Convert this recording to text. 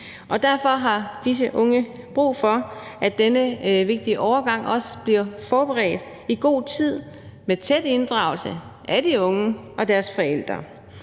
derfor har disse unge brug for, at denne vigtige overgang også bliver forberedt i god tid med tæt inddragelse af de unge og deres forældre,